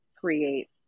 create